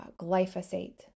Glyphosate